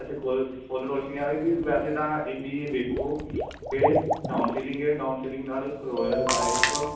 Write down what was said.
ਇੱਥੇ ਕੋਲ ਫੁੱਲ ਰੋਸ਼ਨੀ ਆਵੇਗੀ ਵੈਸੇ ਤਾਂ ਇੰਨੀ ਇਹ ਵੇਖੋ ਕਿ ਡਾਊਨ ਸਲਿੰਗ ਹੈ ਡਾਊਨ ਸੀਲਿੰਗ ਨਾਲ ਇੱਕ ਰੋਇਲ ਲਾਈਫ